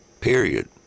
Period